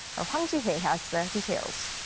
our hwang ji-hye has the details.